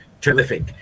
terrific